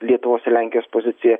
lietuvos ir lenkijos pozicija